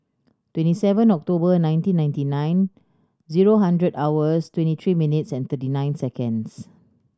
twenty seven October nineteen ninety nine zero hundred hours twenty three minutes and thirty nine seconds